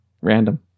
Random